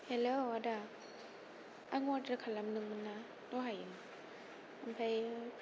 hello आदा आं अर्दार खालामदोंमोन ना दहाय ओमफ्रायो